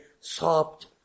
soft